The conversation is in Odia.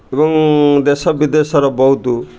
ଏବଂ ଦେଶ ବିଦେଶର ବହୁତ